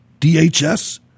DHS